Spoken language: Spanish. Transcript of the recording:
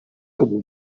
como